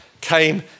came